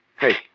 Hey